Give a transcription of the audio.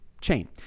chain